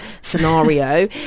scenario